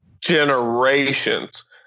generations